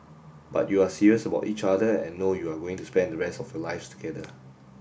but you're serious about each other and know you're going to spend the rest of your lives together